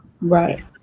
Right